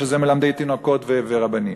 שזה מלמדי תינוקות ורבנים.